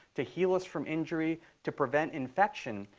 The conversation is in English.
to heal us from injury, to prevent infection.